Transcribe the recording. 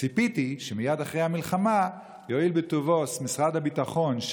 ציפיתי שמייד אחרי המלחמה יואיל בטובו משרד הביטחון,